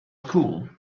school